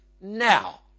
now